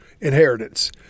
inheritance